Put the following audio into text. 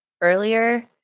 earlier